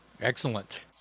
Excellent